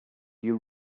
you